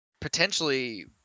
potentially